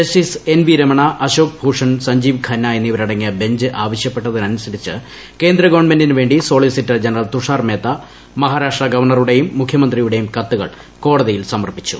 justice N V Ramana Ashok Bhushan Sanjiv Khanna എന്നിവരടങ്ങിയ bench ആവശ്യപ്പെട്ടതനുസരിച്ച് കേന്ദ്ര ഗവൺമെന്റിന് വേണ്ടി സോളിസിറ്റർ ജനറൽട് തുഷാർ മേത്ത മഹാരാഷ്ട്ര ഗവർണറുടെയും മുഖ്യമന്ത്രിയുടെയും കത്തുകൾ കോടതിയിൽ സമർപ്പിച്ചു